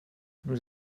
nous